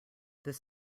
this